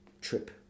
trip